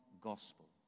gospel